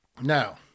Now